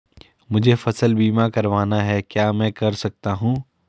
मुझे फसल बीमा करवाना है क्या मैं कर सकता हूँ?